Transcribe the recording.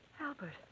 Albert